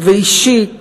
ואישית